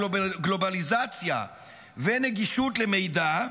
גלובליזציה ונגישות למידע,